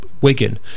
Wigan